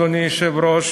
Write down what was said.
אדוני היושב-ראש,